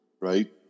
Right